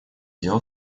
дел